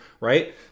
right